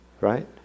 right